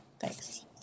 Thanks